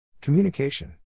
communication